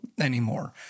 anymore